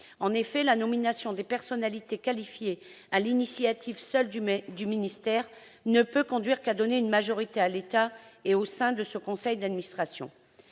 En effet, la nomination des personnalités qualifiées sur la seule initiative du ministère ne peut conduire qu'à donner une majorité à l'État au sein de ce conseil d'administration.